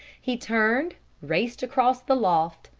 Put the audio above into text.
he turned, raced across the loft,